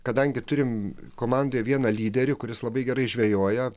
kadangi turim komandoje vieną lyderį kuris labai gerai žvejoja